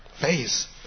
face